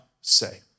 say